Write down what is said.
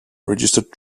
registered